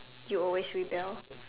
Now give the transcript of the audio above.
you always rebel